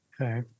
okay